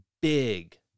big